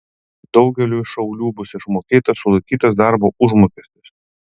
daugeliui šaulių bus išmokėtas sulaikytas darbo užmokestis